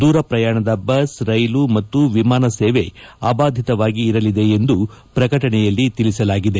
ದೂರ ಪ್ರಯಾಣದ ಬಸ್ ರೈಲು ಮತ್ತು ವಿಮಾನ ಸೇವೆ ಅಬಾಧಿತವಾಗಿ ಇರಲಿದೆ ಎಂದು ಪ್ರಕಟಣೆಯಲ್ಲಿ ತಿಳಿಸಲಾಗಿದೆ